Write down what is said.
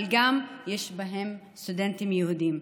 אבל יש בהם גם סטודנטים יהודים.